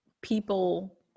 people